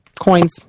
Coins